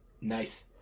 Nice